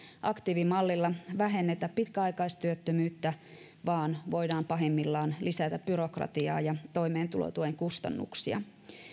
aktiivimallilla vähennetä pitkäaikaistyöttömyyttä vaan voidaan pahimmillaan lisätä byrokratiaa ja toimeentulotuen kustannuksia